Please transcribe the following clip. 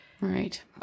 Right